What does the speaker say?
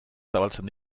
zabaltzen